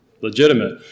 legitimate